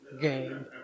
game